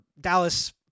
dallas